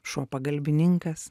šuo pagalbininkas